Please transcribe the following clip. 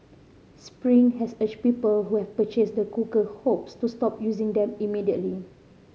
spring has urged people who have purchased the cooker hobs to stop using them immediately